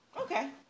Okay